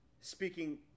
speaking